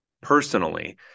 personally